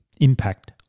impact